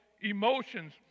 emotions